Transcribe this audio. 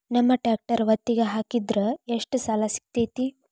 ನಮ್ಮ ಟ್ರ್ಯಾಕ್ಟರ್ ಒತ್ತಿಗೆ ಹಾಕಿದ್ರ ಎಷ್ಟ ಸಾಲ ಸಿಗತೈತ್ರಿ?